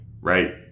right